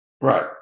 Right